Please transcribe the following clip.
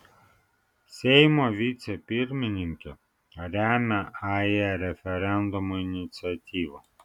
seimo vicepirmininkė remia ae referendumo iniciatyvą